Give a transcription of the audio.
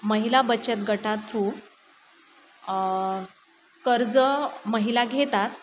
महिला बचतगटा थ्रू कर्ज महिला घेतात